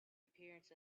appearance